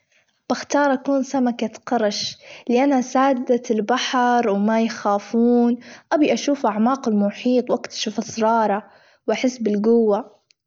بختار أكون سمكة قرش لأنها سادة البحر وما يخافون، أبي أشوف أعماق المحيط، وأكتشف أسراره، وأحس بالجوة.